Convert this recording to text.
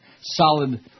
solid